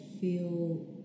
feel